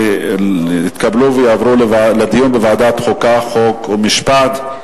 התקבלו ויעברו לדיון בוועדת החוקה, חוק ומשפט.